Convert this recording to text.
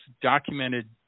documented